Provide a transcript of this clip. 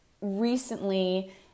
recently